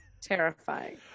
Terrifying